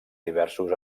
diversos